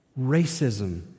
Racism